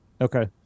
Okay